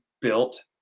built